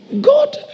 God